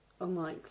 Unlikely